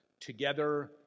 together